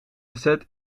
gezet